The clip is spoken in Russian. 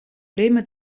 время